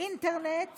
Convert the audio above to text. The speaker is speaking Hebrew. מאינטרנט